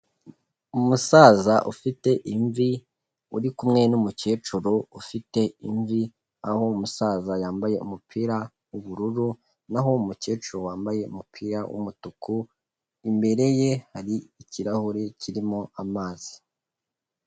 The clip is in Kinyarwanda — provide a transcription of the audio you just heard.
Umusaza ufite imvi uri kumwe n'umukecuru ufite imvi, aho umusaza yambaye umupira w'ubururu naho umukecuru wambaye umupira w'umutuku, imbere ye hari ikirahure kirimo amazi.